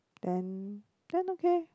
then then okay